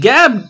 Gab